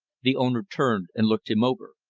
the owner turned and looked him over.